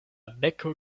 beko